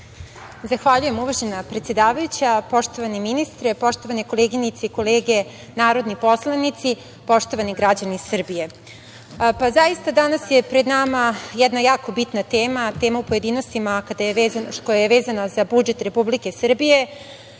Zahvaljujem uvažena predsedavajuća. Poštovani ministre, poštovane koleginice i kolege narodni poslanici, poštovani građani Srbije, zaista danas je pred nama jedna jako bitna tema, tema u pojedinostima koja je vezana za budžet Republike Srbije